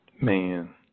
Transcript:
Man